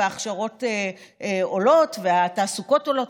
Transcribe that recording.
וההכשרות עולות והתעסוקות עולות,